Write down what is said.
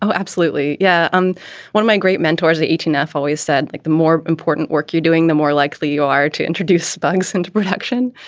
so absolutely. yeah. um one of my great mentors, the eighteen f, always said like the more important work you're doing, the more likely you are to introduce bugs into production.